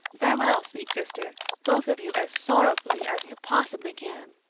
farewell, sweet sister both of you as sorrowfully as you possibly can.